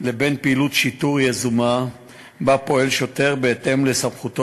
לבין פעילות שיטור יזומה שבה פועל שוטר בהתאם לסמכותו